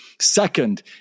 Second